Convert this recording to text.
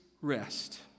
rest